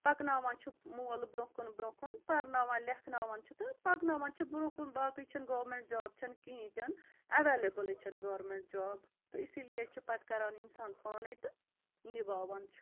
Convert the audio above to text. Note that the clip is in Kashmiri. پَکناوان چھِ مول برٛونٛہہ کُن برٛونٛہہ کُن پَرناوان لٮ۪کھناوان چھِ تہٕ پَکناوان چھِ برٛونٛہہ کُن باقٕے چھَنہٕ گورمٮ۪نٛٹ جاب چھَنہٕ کِہیٖنۍ تہِ نہٕ اٮ۪وٮ۪لیبٕلٕے چھَنہٕ گورمٮ۪نٛٹ جاب تہٕ اسی لیے چھِ پَتہٕ کَران اِنسان پانَے تہٕ نِبھاوان چھِ